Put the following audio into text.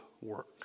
work